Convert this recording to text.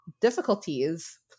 difficulties